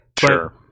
Sure